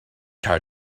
car